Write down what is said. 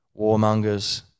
warmongers